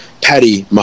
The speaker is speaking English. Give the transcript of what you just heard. Patty